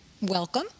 welcome